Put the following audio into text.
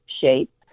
shape